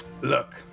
Look